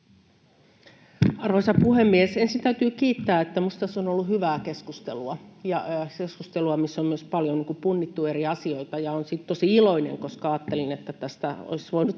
Arvoisa puhemies! Ensin täytyy kiittää, että minusta tässä on ollut hyvää keskustelua ja keskustelua, missä on myös paljon punnittu eri asioita. Olen siitä tosi iloinen, koska ajattelin, että tästä olisi voinut